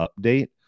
update